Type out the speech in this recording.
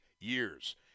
years